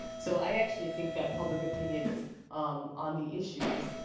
so i actually think that public opinion um on the issues